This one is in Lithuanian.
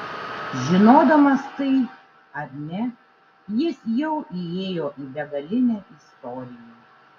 žinodamas tai ar ne jis jau įėjo į begalinę istoriją